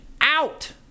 out